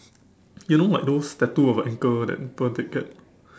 you know like those tattoo of a anchor that people get